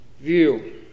view